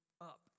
up